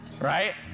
right